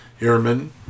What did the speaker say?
airmen